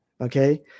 Okay